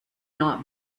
not